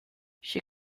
she